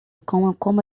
como